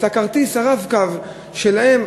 את כרטיס ה"רב-קו" שלהם,